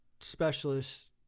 specialist